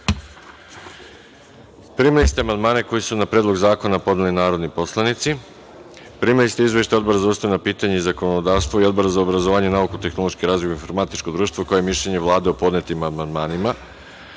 ste amandmane koje su na Predlog zakona podneli narodni poslanici. Primili ste izveštaje Odbora za ustavna pitanja i zakonodavstvo i Odbora za obrazovanje, nauku, tehnološki razvoj i informatičko društvo, kao i mišljenje Vlade o podnetim amandmanima. Pošto